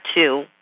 two